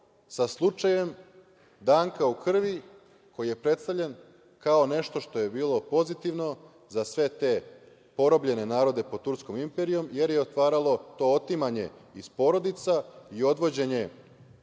sa slučajem „Danka u krvi“, koji je predstavljen kao nešto što je bilo pozitivno za sve te porobljene narode pod Turskom imperijom. Jer, otvaralo je to otimanje iz porodica i odvođenje